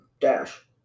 dash